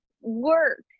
work